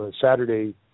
Saturday